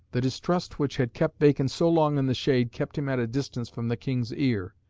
the distrust which had kept bacon so long in the shade kept him at a distance from the king's ear,